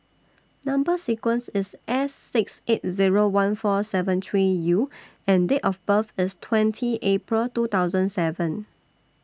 Number sequence IS S six eight Zero one four seven three U and Date of birth IS twenty April two thousand seven